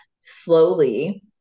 slowly